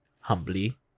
humbly